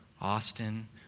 Austin